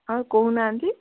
ଆଉ କହୁନାହାନ୍ତି